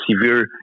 severe